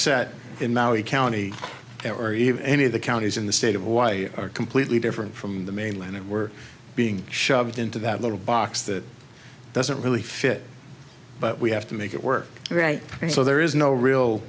even any of the counties in the state of hawaii are completely different from the mainland and we're being shoved into that little box that doesn't really fit but we have to make it work right so there is no real